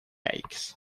aches